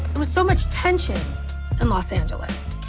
was so much tension in los angeles.